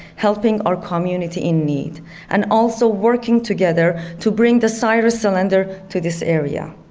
helping our community in need and also working together to bring the cyrus cylinder to this area.